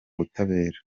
butabera